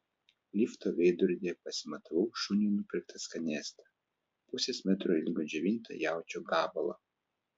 lifto veidrodyje pasimatavau šuniui nupirktą skanėstą pusės metro ilgio džiovintą jaučio gabalą